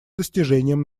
достижением